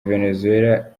venezuela